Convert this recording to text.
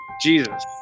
Jesus